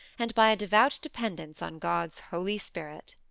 and by a devout dependence on god's holy spirit.